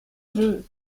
jeu